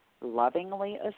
lovingly